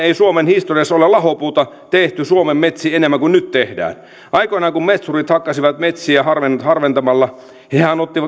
suomen historiassa ei ole tehty lahopuuta suomen metsiin enemmän kuin nyt tehdään aikoinaan kun metsurit hakkasivat metsiä harventamalla hehän